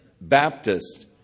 Baptist